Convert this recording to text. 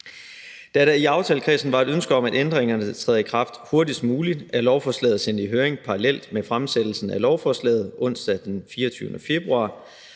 Da der i aftalekredsen var et ønske om, at ændringerne træder i kraft hurtigst muligt, er lovforslaget sendt i høring parallelt med fremsættelsen af lovforslaget onsdag den 24. februar,